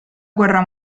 guerra